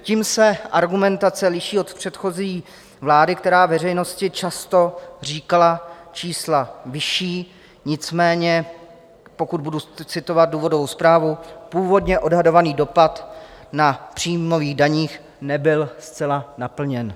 Tím se argumentace liší od předchozí vlády, která veřejnosti často říkala čísla vyšší, nicméně pokud budu citovat důvodovou zprávu, původně odhadovaný dopad na příjmových daních nebyl zcela naplněn.